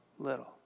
Little